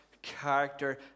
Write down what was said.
character